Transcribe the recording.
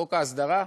חוק ההסדרה,